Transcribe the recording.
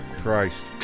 Christ